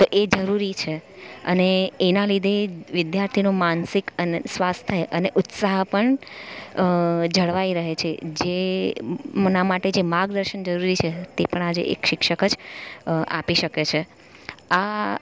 એ જરૂરી છે અને એના લીધે વિદ્યાર્થીનો માનસિક અને સ્વાસ્થ્ય અને ઉત્સાહ પણ જળવાઈ રહે છે જેમના માટે છે માર્ગદર્શન જરૂરી છે તે પણ આજે એક શિક્ષક જ આપી શકે છે આ